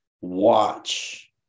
watch